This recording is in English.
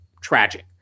tragic